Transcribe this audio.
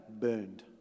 burned